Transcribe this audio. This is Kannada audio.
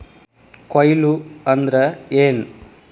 ಕೊಯ್ಲು ಅಂದ್ರ ಏನ್?